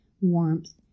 warmth